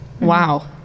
Wow